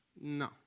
No